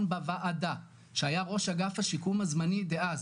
בוועדה שהיה ראש אגף השיקום הזמני דאז